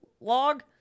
log